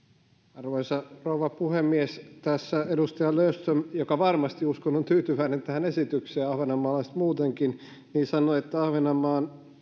arvoisa rouva puhemies tässä edustaja löfström joka varmasti uskon on tyytyväinen tähän esitykseen ja ahvenanmaalaiset muutenkin sanoi että ahvenanmaan